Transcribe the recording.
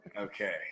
Okay